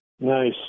Nice